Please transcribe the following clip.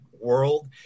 world